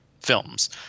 films